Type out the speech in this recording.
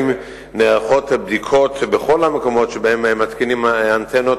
האם נערכות בדיקות בכל המקומות שבהם מתקינים אנטנות,